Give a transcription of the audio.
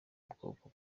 bwoko